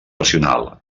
racional